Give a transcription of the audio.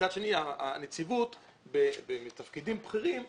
מצד שני בנציבות בתפקידים בכירים,